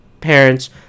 parents